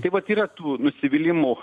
tai vat yra tų nusivylimų